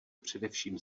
především